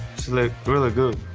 like, really good.